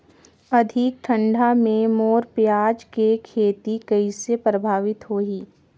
अधिक ठंडा मे मोर पियाज के खेती कइसे प्रभावित होही?